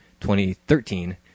2013